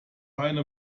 eine